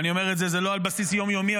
ואפילו לא על בסיס יום-יומי,